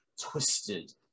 twisted